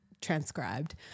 transcribed